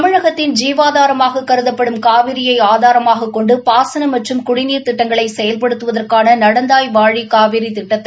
தமிழகத்தின் ஜீவாதாரமாக கருதப்படும் காவிரியை ஆதாரமாக கொண்டு பாசன மற்றும் குடிநீர் திட்டங்களை செயல்படுத்துவதற்கான நடந்தாய் வாழி காவேரி திட்டத்தை